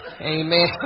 Amen